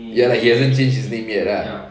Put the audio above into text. ya lah he hasn't changed his name yet lah